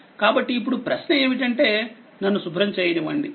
కాబట్టి ఇప్పుడు ప్రశ్న ఏమిటంటే నన్ను శుభ్రం చేయనివ్వండి